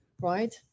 right